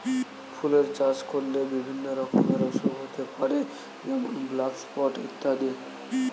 ফুলের চাষ করলে বিভিন্ন রকমের অসুখ হতে পারে যেমন ব্ল্যাক স্পট ইত্যাদি